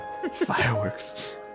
Fireworks